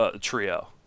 trio